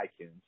iTunes